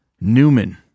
newman